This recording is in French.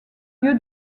lieu